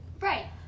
Right